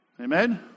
amen